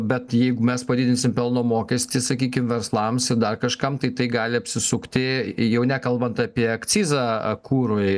bet jeigu mes padidinsim pelno mokestį sakykim verslams ir dar kažkam tai tai gali apsisukti jau nekalbant apie akcizą kurui